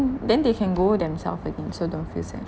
then they can go themselves again so don't feel sad